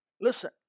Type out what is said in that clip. Listen